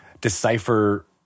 decipher